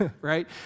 right